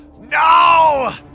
no